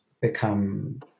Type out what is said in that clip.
become